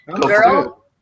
Girl